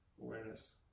awareness